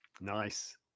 Nice